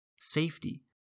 safety